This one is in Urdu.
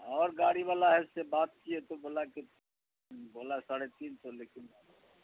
اور گاڑی والا ہے اس سے بات کیے تو بولا کہ بولا ساڑھے تین سو لیکن